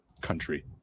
country